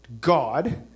God